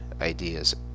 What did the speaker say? ideas